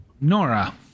Nora